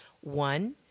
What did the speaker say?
One